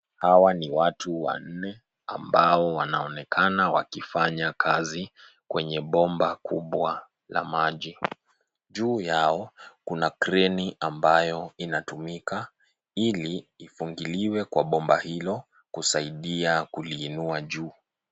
Hawa ni watu wanne ambao wanaonekana wakifanya kazi kwenye bomba kubwa la maji. Juu yao kuna kreni ambayo inatumika, ili ifungiliwe kwa bomba hilo, kusaidia kuliinua juu.